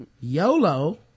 yolo